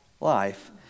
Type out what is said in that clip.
life